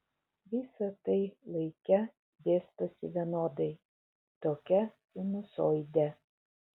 visa tai laike dėstosi vienodai tokia sinusoide